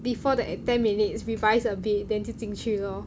before the ten minutes revise a bit then 就进去 lor